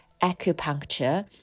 acupuncture